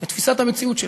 את תפיסת המציאות שלנו.